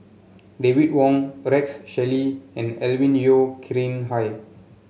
David Wong Rex Shelley and Alvin Yeo Khirn Hai